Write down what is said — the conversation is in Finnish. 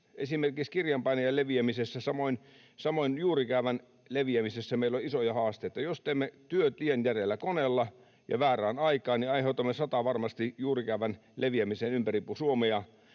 Esimerkiksi kirjanpainajan leviämisessä, samoin juurikäävän leviämisessä meillä on isoja haasteita. Jos teemme työtien järeällä koneella ja väärään aikaan, niin aiheutamme satavarmasti juurikäävän leviämisen ympäri Suomea,